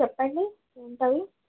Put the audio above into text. చెప్పండి ఏంటవి